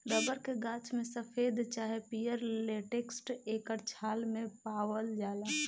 rubber के गाछ में सफ़ेद चाहे पियर लेटेक्स एकर छाल मे पावाल जाला